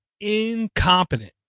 incompetent